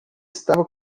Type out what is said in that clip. estava